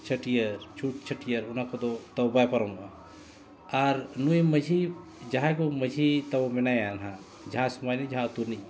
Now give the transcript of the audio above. ᱪᱷᱟᱹᱴᱭᱟᱹᱨ ᱪᱷᱩᱛ ᱪᱷᱟᱹᱴᱭᱟᱹᱨ ᱚᱱᱟ ᱠᱚᱫᱚ ᱛᱟᱹᱣ ᱵᱟᱭ ᱯᱟᱨᱚᱢᱚᱜᱼᱟ ᱟᱨ ᱱᱩᱭ ᱢᱟᱺᱡᱷᱤ ᱡᱟᱦᱟᱸᱭ ᱵᱚᱱ ᱢᱟᱺᱡᱷᱤ ᱛᱟᱵᱚᱱ ᱢᱮᱱᱟᱭᱟ ᱱᱟᱜ ᱡᱟᱦᱟᱸ ᱥᱚᱢᱟᱡᱽ ᱡᱟᱦᱟᱸ ᱟᱛᱳ ᱨᱤᱱᱤᱡ ᱜᱮ